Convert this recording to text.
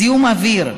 זיהום אוויר,